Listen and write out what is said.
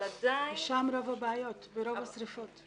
כי שם רוב הבעיות ורוב השרפות.